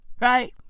Right